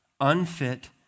unfit